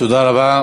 תודה רבה.